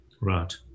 Right